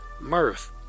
Mirth